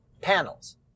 panels